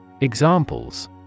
Examples